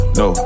no